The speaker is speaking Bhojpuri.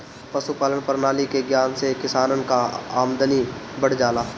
पशुपालान प्रणाली के ज्ञान से किसानन कअ आमदनी बढ़ जाला